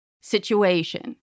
situation